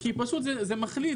כי פשוט זה מחליד.